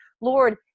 Lord